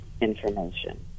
information